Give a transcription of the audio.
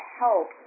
help